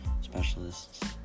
specialists